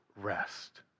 rest